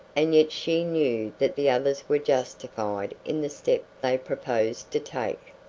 and yet she knew that the others were justified in the step they proposed to take.